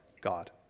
God